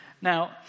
Now